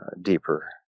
deeper